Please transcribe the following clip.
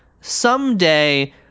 Someday